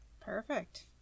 Perfect